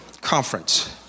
conference